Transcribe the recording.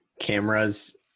cameras